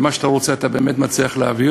ואני יודע שמה שאתה רוצה אתה באמת מצליח להעביר,